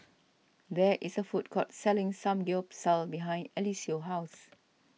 there is a food court selling Samgyeopsal behind Eliseo's house